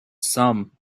some